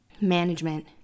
Management